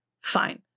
fine